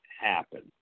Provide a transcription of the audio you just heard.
happen